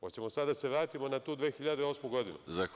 Hoćemo sad da se vratimo na tu 2008. godinu?